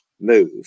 move